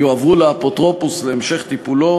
יועברו לאפוטרופוס להמשך טיפולו,